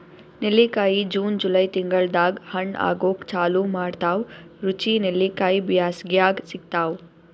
ನೆಲ್ಲಿಕಾಯಿ June July ತಿಂಗಳ್ದಾಗ್ ಹಣ್ಣ್ ಆಗೂಕ್ ಚಾಲು ಮಾಡ್ತಾವ್ ರುಚಿ ನೆಲ್ಲಿಕಾಯಿ ಬ್ಯಾಸ್ಗ್ಯಾಗ್ ಸಿಗ್ತಾವ್